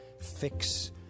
fix